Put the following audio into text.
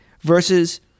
versus